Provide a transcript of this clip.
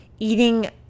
eating